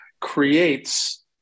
creates